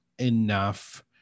enough